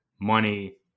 money